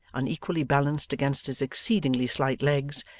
unequally balanced against his exceedingly slight legs,